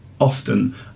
often